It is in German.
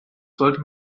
sollte